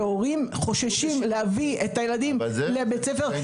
שהורים חוששים להביא את הילדים לבית ספר,